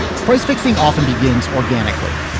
price fixing often begins organically.